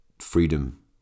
freedom